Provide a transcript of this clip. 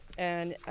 and